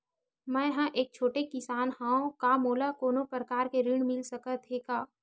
मै ह एक छोटे किसान हंव का मोला कोनो प्रकार के ऋण मिल सकत हे का?